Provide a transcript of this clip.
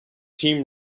team